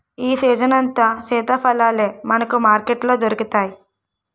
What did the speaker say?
ఈ సీజనంతా సీతాఫలాలే మనకు మార్కెట్లో దొరుకుతాయి